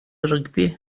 rygbi